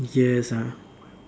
yes ah